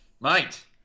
Mate